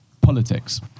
politics